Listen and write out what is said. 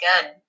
good